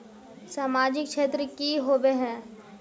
सामाजिक क्षेत्र की होबे है?